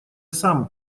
сам